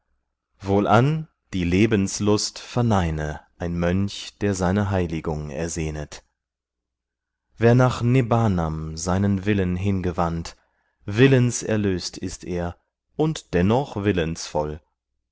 wohlan die lebenslust verneine ein mönch der seine heiligung ersehnet wer nach nibbnam seinen willen hingewandt willenserlöst ist er und dennoch willensvoll